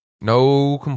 No